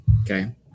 Okay